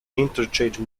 interchange